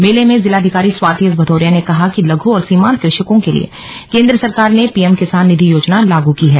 मेले में जिलाधिकारी स्वाति एस भदौरिया ने कहा कि लघु और सीमान्त कृ षकों के लिए केंद्र सरकार ने पीएम किसान निधि योजना लागू की है